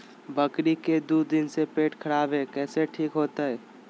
बकरी के दू दिन से पेट खराब है, कैसे ठीक होतैय?